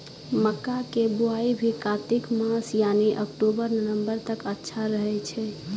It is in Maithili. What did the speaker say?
मक्का के बुआई भी कातिक मास यानी अक्टूबर नवंबर तक अच्छा रहय छै